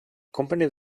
company